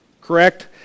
Correct